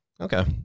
Okay